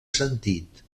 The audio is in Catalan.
sentit